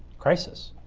crisis.